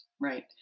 right